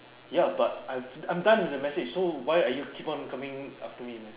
ya but I I'm done with the message so why are you keep on coming after me man